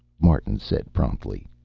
martin said promptly.